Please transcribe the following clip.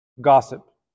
Gossip